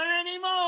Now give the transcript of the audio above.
anymore